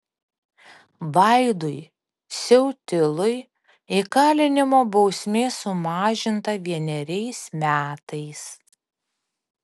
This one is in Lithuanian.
vaidui siautilui įkalinimo bausmė sumažinta vieneriais metais